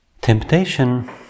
temptation